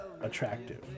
attractive